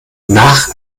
nach